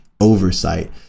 Oversight